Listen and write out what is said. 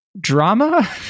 drama